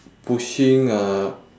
pushing uh